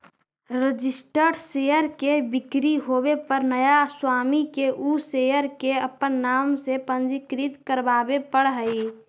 registered share के बिक्री होवे पर नया स्वामी के उ शेयर के अपन नाम से पंजीकृत करवावे पड़ऽ हइ